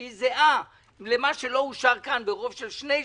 שהיא זהה למה שלא אושר כאן ברוב של שני שליש,